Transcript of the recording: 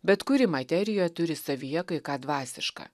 bet kuri materija turi savyje kai ką dvasiška